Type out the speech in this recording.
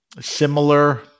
similar